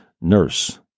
nurse